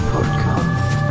Podcast